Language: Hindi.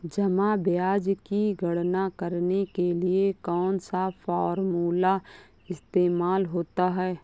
जमा ब्याज की गणना करने के लिए कौनसा फॉर्मूला इस्तेमाल होता है?